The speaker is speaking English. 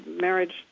marriage